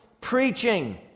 preaching